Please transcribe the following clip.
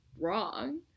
wrong